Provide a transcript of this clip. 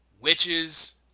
witches